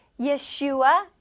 Yeshua